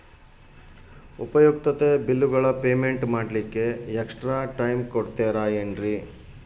ಉಪಯುಕ್ತತೆ ಬಿಲ್ಲುಗಳ ಪೇಮೆಂಟ್ ಮಾಡ್ಲಿಕ್ಕೆ ಎಕ್ಸ್ಟ್ರಾ ಟೈಮ್ ಕೊಡ್ತೇರಾ ಏನ್ರಿ?